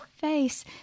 face